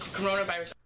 coronavirus